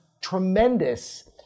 tremendous